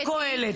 קטי,